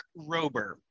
Rober